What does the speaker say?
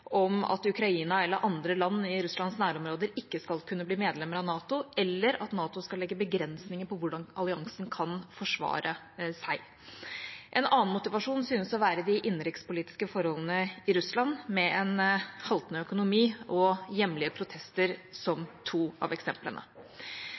om at Ukraina eller andre land i Russlands nærområder ikke skal kunne bli medlemmer av NATO, eller at NATO skal legge begrensninger på hvordan alliansen kan forsvare seg. En annen motivasjon synes å være de innenrikspolitiske forholdene i Russland, med en haltende økonomi og hjemlige protester som